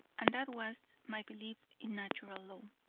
and that was my belief in natural law.